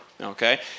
okay